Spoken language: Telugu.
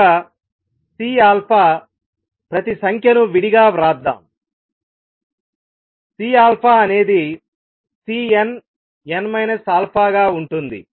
కనుకCప్రతి సంఖ్యను విడిగా వ్రాద్దాంC అనేది Cnn α గా ఉంటుంది